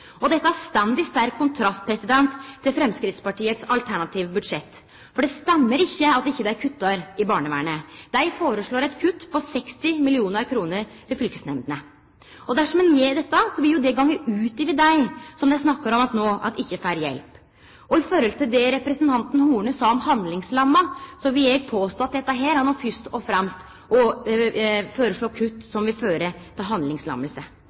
Dette står i sterk kontrast til Framstegspartiets alternative budsjett, for det stemmer ikkje at dei ikkje kuttar i barnevernet. Dei føreslår eit kutt på 60 mill. kr til fylkesnemndene. Dersom ein gjer dette, vil det gå ut over dei barna som dei no snakkar om ikkje får hjelp. I forhold til det representanten Horne sa om å vere handlingslamma, vil eg påstå at dette er å føreslå kutt som fyrst og fremst vil føre til handlingslamming. Det må vere eit mål å gje barn hjelp til